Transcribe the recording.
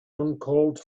uncalled